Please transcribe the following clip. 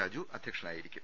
രാജു അധ്യക്ഷനായിരിക്കും